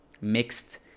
mixed